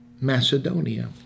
Macedonia